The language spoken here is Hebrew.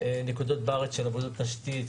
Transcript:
נקודות בארץ של עבודות תשתית,